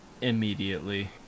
immediately